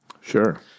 Sure